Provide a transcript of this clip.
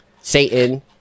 Satan